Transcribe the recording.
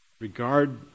regard